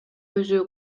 өзү